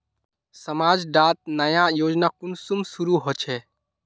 समाज डात नया योजना कुंसम शुरू होछै?